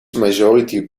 majority